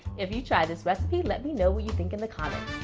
if you try this recipe, let me know what you think in the comments.